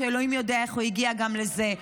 שאלוהים יודע איך הוא הגיע גם לזה.